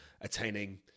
attaining